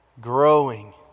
growing